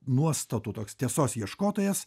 nuostatų toks tiesos ieškotojas